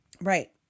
right